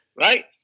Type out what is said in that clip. right